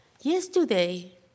Yesterday